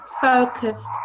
focused